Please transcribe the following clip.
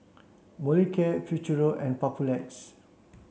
Molicare Futuro and Papulex